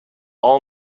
all